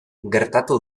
gertatu